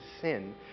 sin